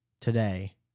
today